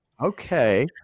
Okay